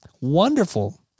Wonderful